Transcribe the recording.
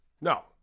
No